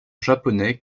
japonais